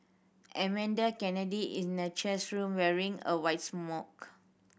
Amanda Kennedy is cheese room wearing a white smock